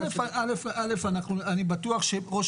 אני בטוח שראש